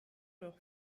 leur